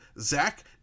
Zach